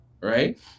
right